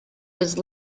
was